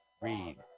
Read